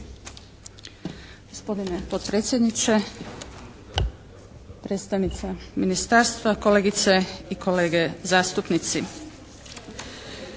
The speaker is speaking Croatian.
Gospodine potpredsjedniče, predstavnica ministarstva, kolegice i kolege zastupnici!